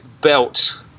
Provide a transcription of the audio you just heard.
belt